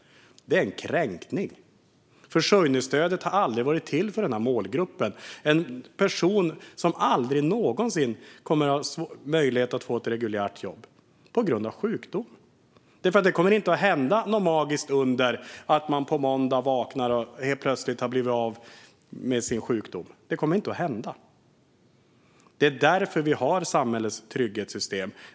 Det är en kränkning. Försörjningsstödet har aldrig varit till för denna målgrupp, personer som på grund av sjukdom aldrig någonsin kommer att ha möjlighet att få ett reguljärt jobb. Det kommer inte att hända något magiskt under, att man vaknar på måndagen och helt plötsligt har blivit av med sin sjukdom. Det kommer inte att hända. Det är därför vi har samhällets trygghetssystem.